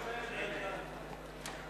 (קוראת בשמות חברי הכנסת)